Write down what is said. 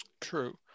True